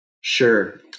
Sure